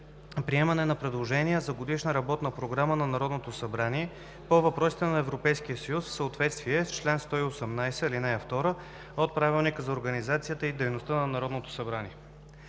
приемане на предложения за Годишна работна програма на Народното събрание по въпросите на Европейския съюз в съответствие с чл. 118, ал. 2 от Правилника за организацията и дейността на Народното събрание